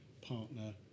partner